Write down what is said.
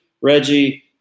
Reggie